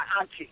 auntie